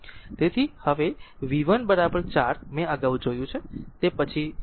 તેથી તે પછીથી બતાવવામાં આવશે